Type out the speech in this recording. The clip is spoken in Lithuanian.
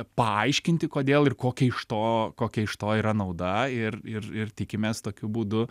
paaiškinti kodėl ir kokia iš to kokia iš to yra nauda ir ir ir tikimės tokiu būdu